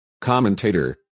Commentator